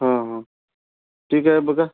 हा हा ठीक आहे बघा